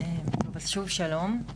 שוב שלום,